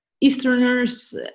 Easterners